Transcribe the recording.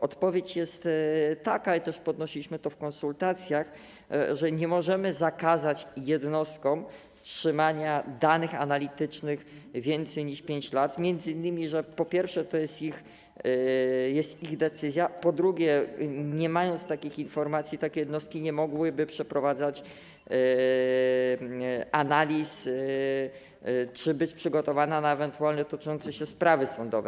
Odpowiedź jest taka i też podnosiliśmy to w konsultacjach, że nie możemy zakazać jednostkom trzymania danych analitycznych więcej niż 5 lat, m.in. dlatego, że, po pierwsze, to jest ich decyzja, po drugie, nie mając takich informacji, jednostki nie mogłyby przeprowadzać analiz czy być przygotowane na ewentualne toczące się sprawy sądowe.